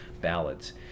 ballads